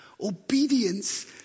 obedience